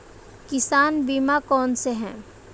किसान बीमा कौनसे हैं?